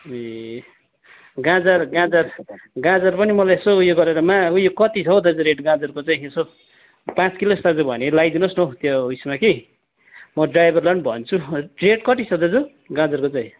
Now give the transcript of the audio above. ए गाजर गाजर गाजर पनि मलाई यसो उयो गरेर मा उयो कति छ हौ दाजु रेट गाजरको चाहिँ यसो पाँच किलो जस्तो दाजु भयो भने लगाइदिनुहोस् न हौ त्यो उयसमा कि म ड्राइभरलाई पनि भन्छु रेट कति छ दाजु गाजरको चाहिँ